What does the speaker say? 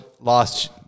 last